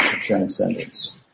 Transcendence